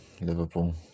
Liverpool